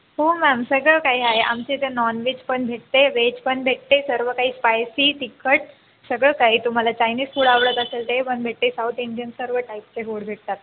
हो मॅम सगळं काही आहे आमच्या इथं नॉनवेज पण भेटते व्हेज पण भेटते सर्व काही स्पायसी तिखट सगळं काही आहे तुम्हाला चायनीज फूड आवडत असेल ते पण भेटते साऊथ इंडियन सर्व टाइपचे होड भेटतात